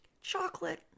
Chocolate